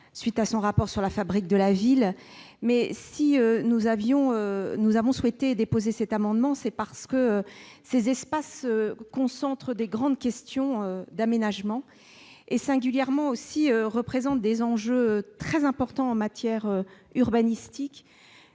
suite à son rapport sur la fabrique de la ville. Nous avons souhaité déposer cet amendement parce que ces espaces concentrent de grandes questions d'aménagement et représentent des enjeux très importants en matière urbanistique